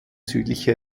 südliche